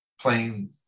playing